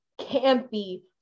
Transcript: campy